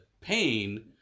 pain